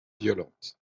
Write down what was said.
violente